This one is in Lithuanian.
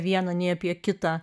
vieną nei apie kitą